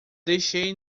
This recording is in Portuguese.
deixei